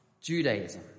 Judaism